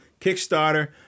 kickstarter